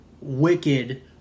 wicked